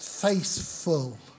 faithful